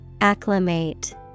Acclimate